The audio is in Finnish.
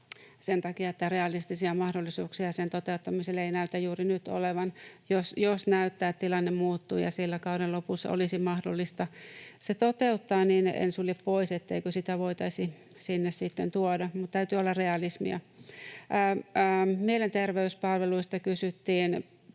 sen takia, että realistisia mahdollisuuksia sen toteuttamiselle ei näytä juuri nyt olevan. Jos näyttää, että tilanne muuttuu ja siellä kauden lopussa olisi mahdollista se toteuttaa, niin en sulje pois, etteikö sitä voitaisi sinne sitten tuoda, mutta täytyy olla realismia. Mielenterveyspalveluista kysyttiin